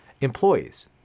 Employees